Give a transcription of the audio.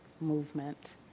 movement